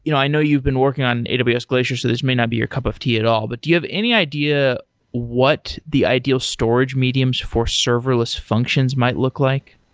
you know i know you've been working on aws glacier, so this may not be your cup of tea at all, but do you have any idea what the ideal storage mediums for serverless functions might look like?